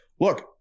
look